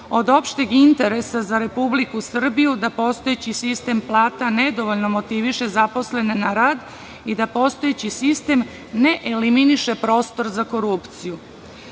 od opšteg interesa za Republiku Srbiju, da postojeći sistem plata nedovoljno motiviše zaposlene na rad i da postojeći sistem ne eliminiše prostor za korupciju. Čini